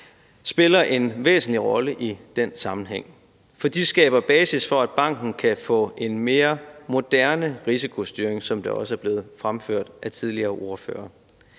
spiller en væsentlig rolle i den sammenhæng, for de skaber basis for, at banken kan få en mere moderne risikostyring, som det også er blevet fremført tidligere af ordførere.